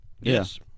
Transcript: yes